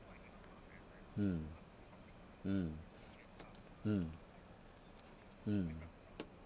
mm mm mm mm